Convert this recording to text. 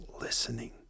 listening